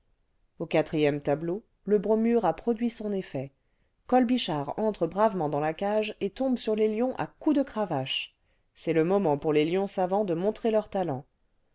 au quatrième tableau le bromure a produit son effet colbichard entre bravement dans la cage et tombe sur les lions à coups de cravache c'est le moment pour les lions savants de montrer leurs talents